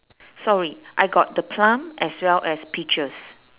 sorry I got the plum as well as peaches